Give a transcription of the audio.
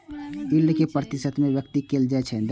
yield कें प्रतिशत मे व्यक्त कैल जाइ छै